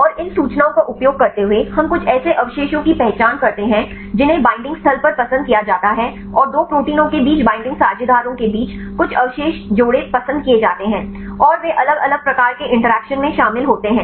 और इन सूचनाओं का उपयोग करते हुए हम कुछ ऐसे अवशेषों की पहचान करते हैं जिन्हें बईंडिंग स्थल पर पसंद किया जाता है और दो प्रोटीनों के बीच बाइंडिंग साझेदारों के बीच कुछ अवशेष जोड़े पसंद किए जाते हैं और वे अलग अलग प्रकार के इंटरैक्शन में शामिल होते हैं